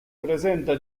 presenta